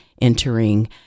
entering